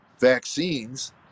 vaccines